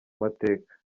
mateka